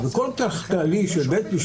מקסימום אם צריך נער אוצר, אושר שקלים יגיע לפה.